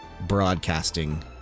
broadcasting